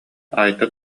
айта